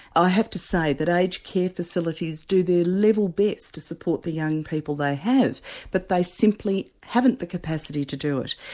i have to say that aged care facilities do their level best to support the young people they have but they simply haven't the capacity to do it.